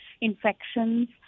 infections